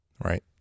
Right